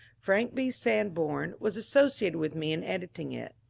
frank b. sanborn was associated with me in editing it.